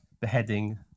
beheading